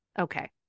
Okay